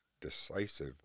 decisive